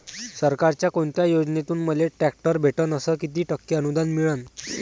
सरकारच्या कोनत्या योजनेतून मले ट्रॅक्टर भेटन अस किती टक्के अनुदान मिळन?